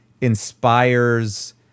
inspires